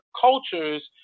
cultures